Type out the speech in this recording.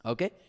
Okay